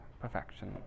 perfection